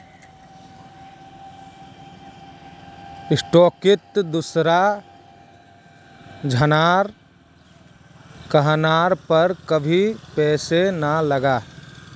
स्टॉकत दूसरा झनार कहनार पर कभी पैसा ना लगा